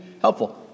helpful